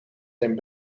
zijn